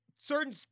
certain